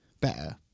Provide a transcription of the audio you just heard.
better